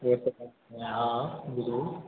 हाँ